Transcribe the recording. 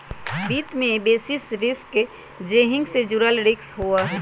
वित्त में basis risk hedging से जुड़ल रिस्क हहई